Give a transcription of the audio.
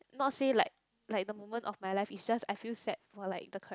nor say like like they moment of my life is just I feel sad for like the cha~